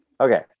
Okay